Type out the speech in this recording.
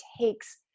takes